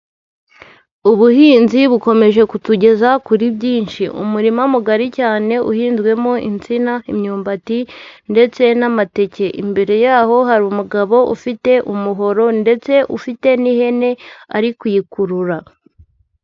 Ubuhinzi bukomeje kutugeza kuri byinshi, umurima mugari cyane uhinzwemo insina, imyumbati ndetse n'amateke, imbere yaho hari umugabo ufite umuhoro ndetse ufite n'ihene ari kuyikurura.